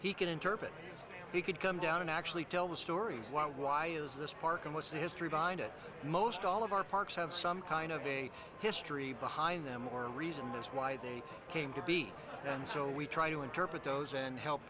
he can interpret he could come down and actually tell the story what why is this park and what's the history behind it most all of our parks have some kind of a history behind them or a reason that's why they came to be and so we try to interpret those and help